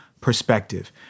perspective